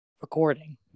recording